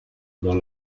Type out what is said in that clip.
dans